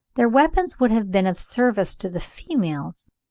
their weapons would have been of service to the females.